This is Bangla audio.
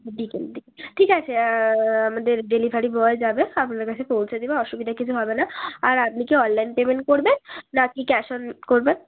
বিকেলের দিকে ঠিক আছে আমাদের ডেলিভারি বয় যাবে আপনার কাছে পৌঁছে দেবে অসুবিধা কিছু হবে না আর আপনি কি অনলাইন পেমেন্ট করবেন নাকি ক্যাশ অন করবেন